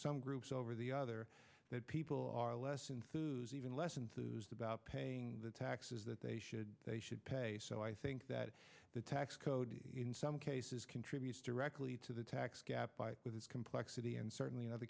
some groups over the other that people are less even less enthused about paying the taxes that they should they should pay so i think that the tax code in some cases contributes directly to the tax gap with its complexity and certainly in other